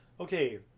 Okay